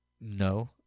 No